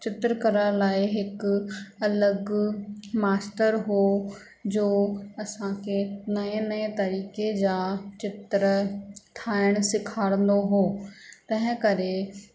चित्रकला लाइ हिकु अलॻि मास्तर हुओ जो असांखे नए नए तरीक़े जा चित्र ठाहिणु सेखारंदो हुओ तंहिं करे